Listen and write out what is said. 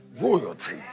royalty